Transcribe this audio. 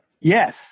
yes